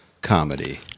comedy